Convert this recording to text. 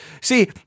see